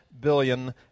billion